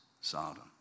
Sodom